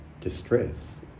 distress